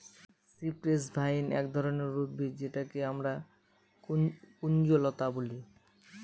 cypress vine এক ধরনের উদ্ভিদ যেটাকে আমরা কুঞ্জলতা বলি